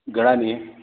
घणा ॾींहं